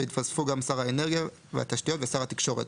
והתווספו גם שר האנרגיה והתשתיות ושר התקשורת,